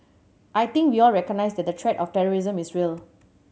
I think we all recognise that the threat of terrorism is real